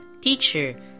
Teacher